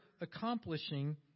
accomplishing